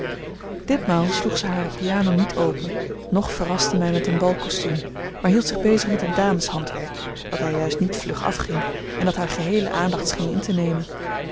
ditmaal sloeg zij hare piano niet open noch verraste mij met een balkostuum maar hield zich bezig met een dameshandwerkje dat haar juist niet vlug afging en dat haar geheele aandacht scheen in te nemen